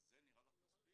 אז זה נראה לך מספיק?